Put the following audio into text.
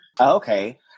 Okay